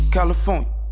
California